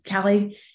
Callie